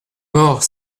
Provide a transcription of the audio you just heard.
mort